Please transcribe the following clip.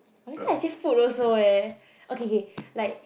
honestly I save food also eh okay K like